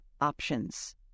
options